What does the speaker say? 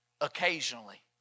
occasionally